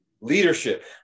Leadership